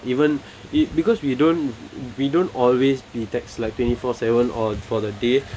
even it because we don't we don't always we text like twenty four seven or for the day